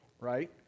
right